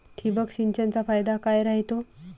ठिबक सिंचनचा फायदा काय राह्यतो?